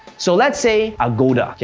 so let's say, agoda.